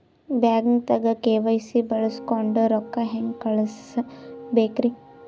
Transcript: ಬ್ಯಾಂಕ್ದಾಗ ಕೆ.ವೈ.ಸಿ ಬಳಸ್ಕೊಂಡ್ ರೊಕ್ಕ ಹೆಂಗ್ ಕಳಸ್ ಬೇಕ್ರಿ?